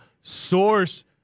Source